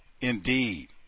indeed